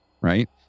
right